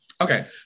okay